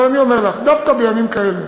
אבל אני אומר לך, דווקא בימים כאלה,